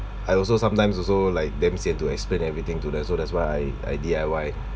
I also sometimes also like damn sian to explain everything to them so that's why I I D_I_Y